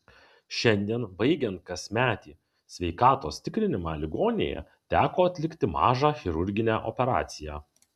šiandien baigiant kasmetį sveikatos tikrinimą ligoninėje teko atlikti mažą chirurginę operaciją